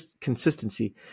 consistency